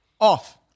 Off